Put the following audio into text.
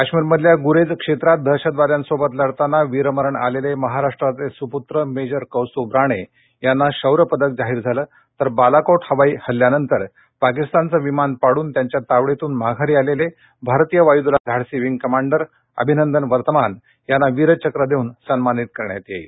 काश्मसिधल्या गुरेझ क्षेत्रात दहशतवाद्यांश किढताना वसिरण आलेले महाराष्ट्राचे सूपूत्र मेजर कौस्तूभ राणे यांना शौर्यपदक जाह झालं तर बालाकोट हवाई हल्ल्यानंतर पाकिस्तानचं विमान पाडून त्यांच्या तावडविन माघार आलेले भारत वायुदलाचे धाडस प्रिंग कमांडर अभिनंदन वर्तमान यांना वविचक्र देऊन सन्मानित करण्यात येईल